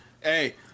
hey